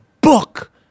book